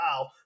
Wow